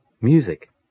music